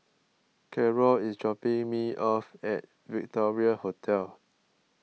Karol is dropping me off at Victoria Hotel